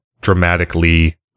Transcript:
dramatically